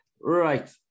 right